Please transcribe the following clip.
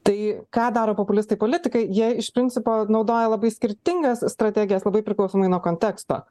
tai ką daro populistai politikai jie iš principo naudoja labai skirtingas strategijas labai priklausomai nuo konteksto